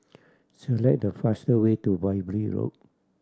select the fast way to Road